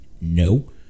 No